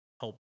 help